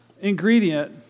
ingredient